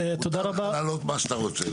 מותר לך לעלות מה שאתה רוצה.